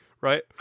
right